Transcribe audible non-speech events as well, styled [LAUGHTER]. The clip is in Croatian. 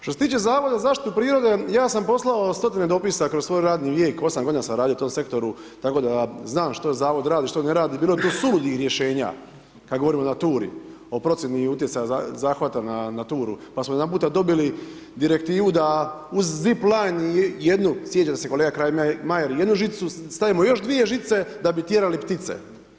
Što se tiče Zavoda za zaštitu prirode, ja sam poslao stotine dopisa kroz svoj radni vijek, 8 g. sam radio u tom sektoru, tako da znam, što zavod radi, što ne radi, bilo je tu suludih rješenja, kada govorimo o naturi, o procjeni i utjecaju zahvata na naturu, pa smo jedanputa dobili direktivu, da uz zip line i uz jednu, sjećam se kolega … [UNINTELLIGIBLE] jednu žicu stavimo još dvije žice da bi tjerali ptice.